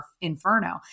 Inferno